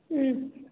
ம்